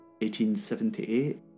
1878